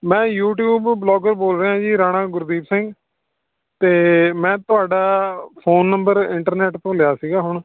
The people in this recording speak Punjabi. ਮੈਂ ਯੂਟੀਊਬ ਬਲੋਗਰ ਬੋਲ ਰਿਹਾ ਜੀ ਰਾਣਾ ਗੁਰਦੀਪ ਸਿੰਘ ਅਤੇ ਮੈਂ ਤੁਹਾਡਾ ਫੋਨ ਨੰਬਰ ਇੰਟਰਨੈਟ ਤੋਂ ਲਿਆ ਸੀਗਾ ਹੁਣ